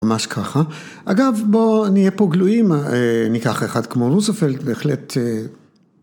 ‫ממש ככה. אגב, בואו נהיה פה גלויים, ‫ניקח אחד כמו רוספלד, בהחלט...